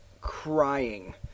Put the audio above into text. Crying